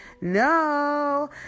No